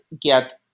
get